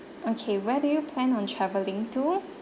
okay where do you plan on traveling to